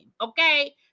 okay